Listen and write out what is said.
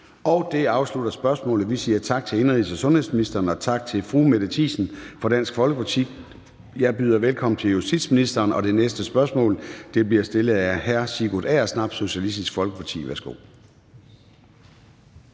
Det afslutter spørgsmålet. Vi siger tak til indenrigs- og sundhedsministeren og tak til fru Mette Thiesen fra Dansk Folkeparti. Jeg byder velkommen til justitsministeren, og det næste spørgsmål bliver stillet af hr. Sigurd Agersnap, Socialistisk Folkeparti. Kl.